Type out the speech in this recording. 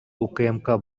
укмк